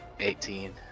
Eighteen